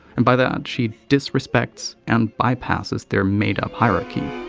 and by that she disrespects and bypasses their made-up hierarchy.